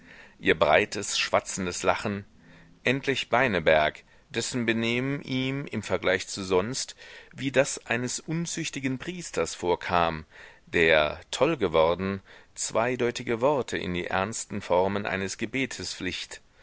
ihr breites schwatzendes lachen endlich beineberg dessen benehmen ihm im vergleich zu sonst wie das eines unzüchtigen priesters vorkam der toll geworden zweideutige worte in die ernsten formen eines gebetes flicht